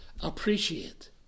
Appreciate